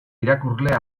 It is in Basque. irakurle